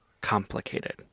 complicated